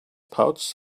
pouch